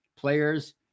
players